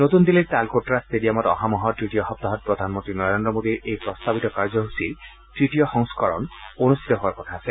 নতুন দিল্লীৰ তালকোটৰা ষ্টেডিয়ামত অহা মাহৰ তৃতীয় সপ্তাহত প্ৰধানমন্তী নৰেল্ৰ মোদীৰ এই প্ৰস্তাৱিত কাৰ্যসূচীৰ তৃতীয় সংস্থৰণ অনুষ্ঠিত হোৱাৰ কথা আছে